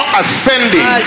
ascending